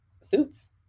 suits